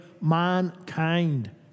mankind